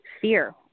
fear